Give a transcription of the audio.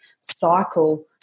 cycle